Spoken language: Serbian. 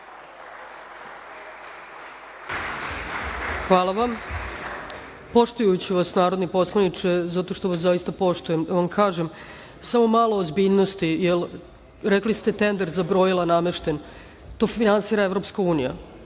Hvala vam. Poštujući vas, narodni poslaniče, zato što vas zaista poštujem, da vam kažem - samo malo ozbiljnosti. Rekli ste - tender za brojila namešten. To finansira EU.